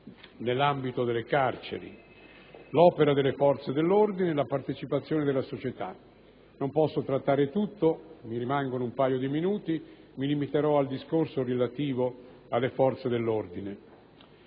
nell'ambito delle carceri; l'opera delle forze dell'ordine e la partecipazione della società. Non posso trattare tutto, perché mi rimangono un paio di minuti: mi limiterò, pertanto, al discorso relativo alle forze dell'ordine.